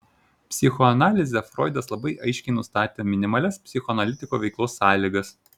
psichoanalize froidas labai aiškiai nustatė minimalias psichoanalitiko veiklos sąlygas